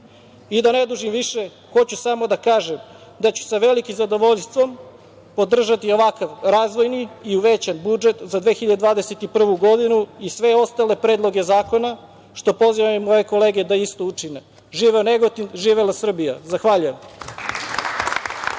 ne dužim više, hoću samo da kažem da ću sa velikim zadovoljstvom podržati ovakav razvojni i uvećan budžet za 2021. godinu, i sve ostale predloge zakona, što pozivam i moje kolege da isto učine. Živeo Negotin, živela Srbija. Zahvaljujem.